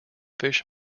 fish